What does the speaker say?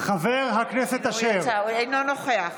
אינו נוכח